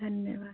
धन्यवाद